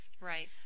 Right